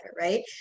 right